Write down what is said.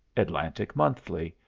atlantic monthly,